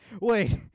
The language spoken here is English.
wait